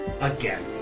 again